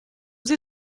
sie